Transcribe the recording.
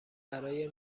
برای